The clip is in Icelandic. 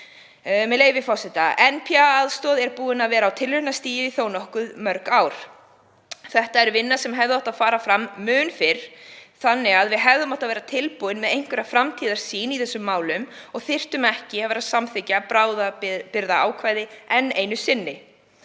með leyfi forseta: „NPA-aðstoð er búin að vera á tilraunastigi í þó nokkuð mörg ár. Þetta er vinna sem hefði átt að fara fram mun fyrr þannig að við hefðum verið tilbúin með einhverja framtíðarsýn í þessum málum og þyrftum ekki að vera að samþykkja bráðabirgðaákvæði enn einu sinni.“